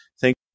Thank